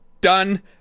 done